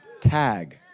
Tag